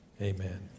Amen